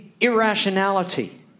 irrationality